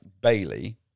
Bailey